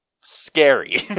scary